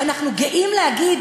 אנחנו גאים להגיד